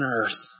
earth